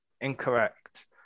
Incorrect